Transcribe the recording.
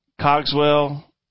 Cogswell